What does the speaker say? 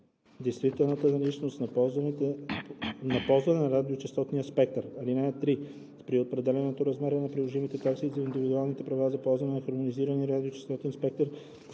действителната наличност за ползване на радиочестотния спектър. (3) При определянето на размера на приложимите такси за индивидуалните права за ползване на хармонизиран радиочестотен спектър